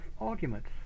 arguments